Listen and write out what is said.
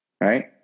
Right